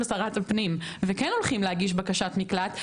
שרת הפנים וכן הולכים להגיש בקשת מקלט,